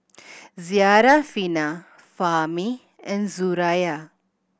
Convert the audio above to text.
Syarafina Fahmi and Suraya